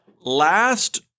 last